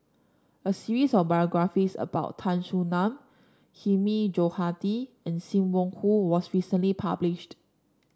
a series of biographies about Tan Soo Nan Hilmi Johandi and Sim Wong Hoo was recently published